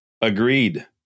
Agreed